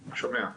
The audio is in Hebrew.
שומע.